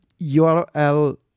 URL